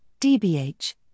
DBH